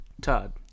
Todd